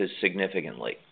significantly